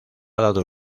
dado